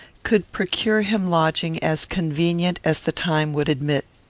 could procure him lodging as convenient as the time would admit.